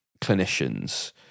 clinicians